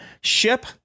ship